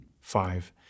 five